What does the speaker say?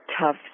tough